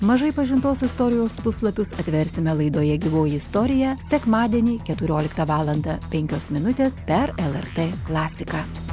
mažai pažintos istorijos puslapius atversime laidoje gyvoji istorija sekmadienį keturioliktą valandą penkios minutės per lrt klasiką